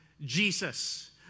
Jesus